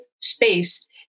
space